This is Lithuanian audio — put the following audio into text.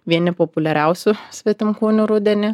vieni populiariausių svetimkūnių rudenį